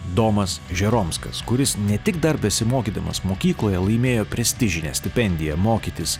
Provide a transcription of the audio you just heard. domas žeromskas kuris ne tik dar besimokydamas mokykloje laimėjo prestižinę stipendiją mokytis